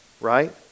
right